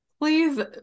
please